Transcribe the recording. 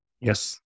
Yes